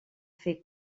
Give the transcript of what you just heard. fer